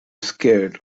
scared